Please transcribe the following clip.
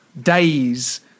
days